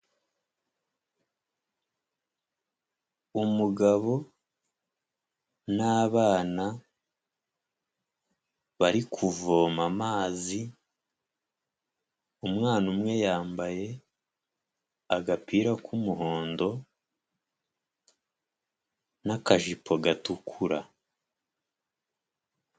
Umugabo n'abana bari kuvoma amazi, umwana umwe yambaye agapira k'umuhondo n'akajipo gatukura.